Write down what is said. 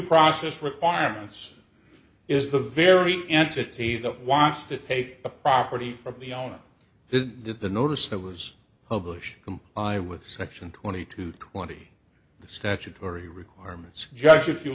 process requirements is the very entity that wants to take the property from the owner it did the notice that was published comply with section twenty two twenty the statutory requirements just if you